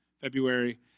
February